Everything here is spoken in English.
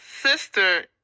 sister